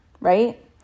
right